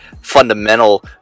fundamental